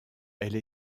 elle